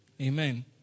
Amen